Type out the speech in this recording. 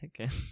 okay